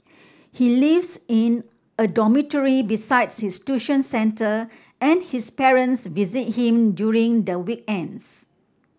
he lives in a dormitory besides his tuition centre and his parents visit him during the weekends